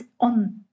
on